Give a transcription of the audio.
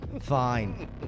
Fine